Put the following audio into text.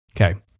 Okay